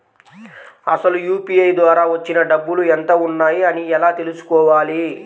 అసలు యూ.పీ.ఐ ద్వార వచ్చిన డబ్బులు ఎంత వున్నాయి అని ఎలా తెలుసుకోవాలి?